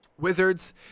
Wizards